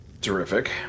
Terrific